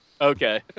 Okay